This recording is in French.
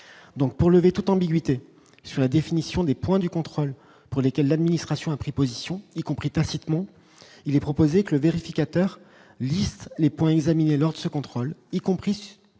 donc pour lever toute ambiguïté sur la définition des points du contrôle pour lesquels l'administration a pris position, y compris tacitement il est proposé que le vérificateur liste les points examinés lors de ce contrôle, y compris les points